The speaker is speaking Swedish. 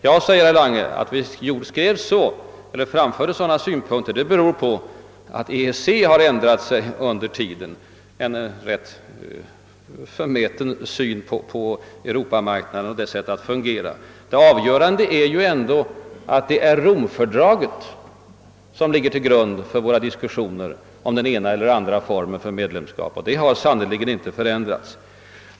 Nu säger herr Lange att dessa synpunkter framfördes därför att EEC ändrat sig under tiden — en rätt förmäten syn på Europamarknaden och dess sätt att fungera. Det avgörande är ju ändå att det är Romfördraget som ligger till grund för våra diskussioner om den ena eller andra formen av medlemskap, och det har sannerligen inte förändrats.